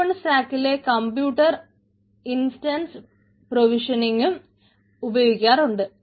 open സ്റ്റാക്കിലെ computer instance പ്രൊവിഷനിങ്ങും ഉപയോഗിക്കാറുണ്ട്